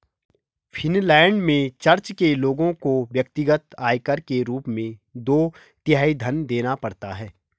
Finland में church के लोगों को व्यक्तिगत आयकर के रूप में दो तिहाई धन देना पड़ता है